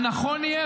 הנכון יהיה,